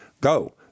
Go